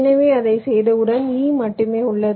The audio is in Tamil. எனவே அதைச் செய்தவுடன் e மட்டுமே உள்ளது